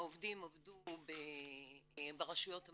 העובדים עבדו ברשויות המקומיות,